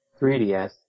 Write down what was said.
3DS